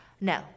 No